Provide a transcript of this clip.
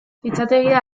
fitxategia